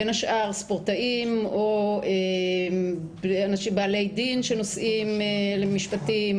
בין השאר ספורטאים או אנשים בעלי דין שנוסעים למשפטים,